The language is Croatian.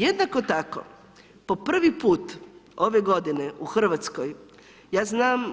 Jednako tako, po prvi put ove godine u Hrvatskoj, ja znam